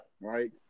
Right